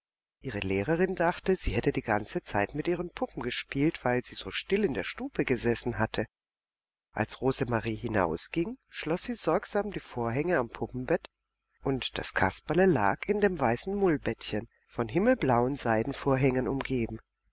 ihre lehrerin dachte sie hätte die ganze zeit mit ihren puppen gespielt weil sie so still in der stube gesessen hatte als rosemarie hinausging schloß sie sorgsam die vorhänge am puppenbett und das kasperle lag in dem weißen mullbettchen von himmelblauen seidenvorhängen umgeben